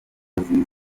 zizwi